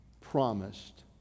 promised